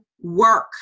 work